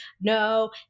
no